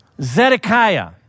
Zedekiah